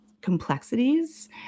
complexities